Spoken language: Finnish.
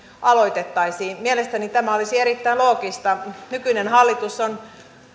aloitettaisiin mielestäni tämä olisi erittäin loogista nykyinen hallitus on